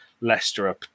Leicester